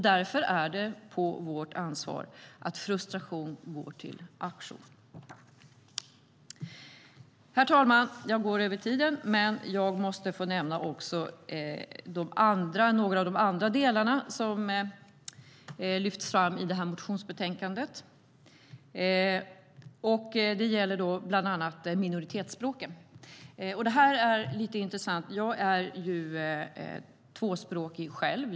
Därför är det på vårt ansvar att frustration övergår i aktion. Herr talman! Jag går utöver min talartid, men jag måste också få nämna några av de andra delarna som lyfts fram i detta motionsbetänkande. Det gäller bland annat minoritetsspråken. Det är lite intressant. Jag är tvåspråkig själv.